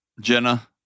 Jenna